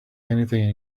anything